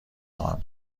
خواهم